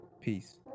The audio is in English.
Peace